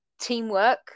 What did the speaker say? teamwork